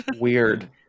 weird